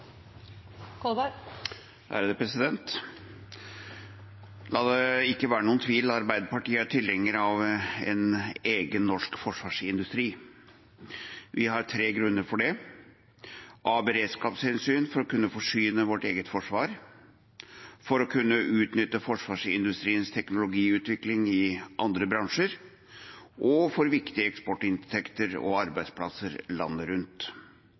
refererte til. La det ikke være noen tvil: Arbeiderpartiet er tilhenger av en egen norsk forsvarsindustri. Vi har tre grunner for det: av beredskapshensyn, for å kunne forsyne vårt eget forsvar for å kunne utnytte forsvarsindustriens teknologiutvikling i andre bransjer for viktige eksportinntekter og arbeidsplasser landet rundt